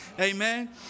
Amen